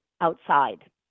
outside